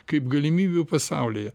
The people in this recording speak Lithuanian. kaip galimybių pasaulyje